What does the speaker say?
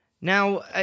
now